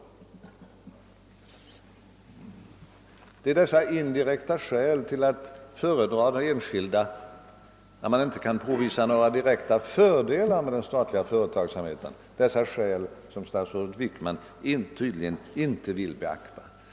Det är dessa indirekta skäl till att föredra det enskilda näringslivet, när man inte kan påvisa några direkta fördelar med den statliga verksamheten, som statsrådet Wickman tydligen inte vill beakta.